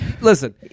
listen